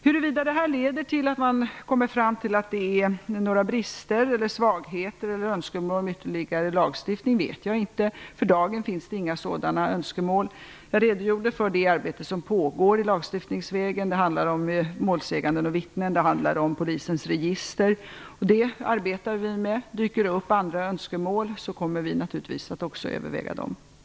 Huruvida det här leder till att man kommer fram till att det finns några brister, svagheter eller önskemål om ytterligare lagstiftning vet jag inte. För dagen finns det inte några sådana önskemål. Jag redogjorde för det arbete som pågår i lagstiftningsväg. Det handlar om målsägande och vittnen och om polisens register. Det arbetar vi med. Om det dyker upp andra önskemål kommer vi naturligtvis att överväga också dem.